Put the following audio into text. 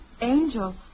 Angel